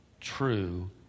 true